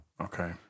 Okay